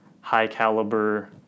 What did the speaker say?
high-caliber